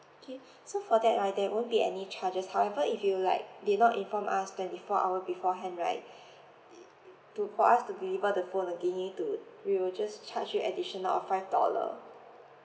okay so for that right there won't be any charges however if you like did not inform us twenty four hour beforehand right err err to for us to deliver the phone then you need to we will just charge you additional of five dollar